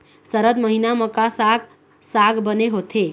सरद महीना म का साक साग बने होथे?